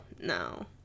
no